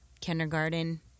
kindergarten